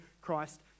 Christ